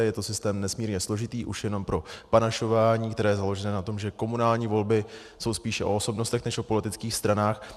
Je to systém nesmírně složitý už jenom pro panašování, které je založeno na tom, že komunální volby jsou spíše o osobnostech než o politických stranách.